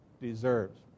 deserves